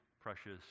precious